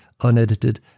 unedited